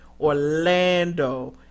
Orlando